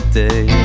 day